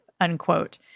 unquote